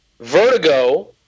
Vertigo